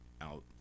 out